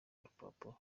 urupapuro